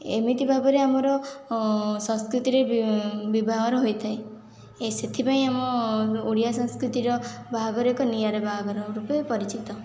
ଏମିତି ଭାବରେ ଆମର ସଂସ୍କୃତିରେ ବିଭାଘର ହୋଇଥାଏ ସେଥିପାଇଁ ଆମ ଓଡ଼ିଆ ସଂସ୍କୃତିର ବାହାଘର ଏକ ନିଆରା ବାହାଘର ରୂପେ ପରିଚିତ